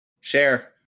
share